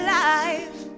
life